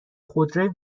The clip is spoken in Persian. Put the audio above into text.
خودروی